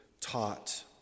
taught